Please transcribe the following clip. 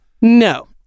No